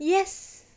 yes